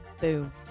Boom